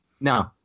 No